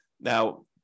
now